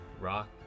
rock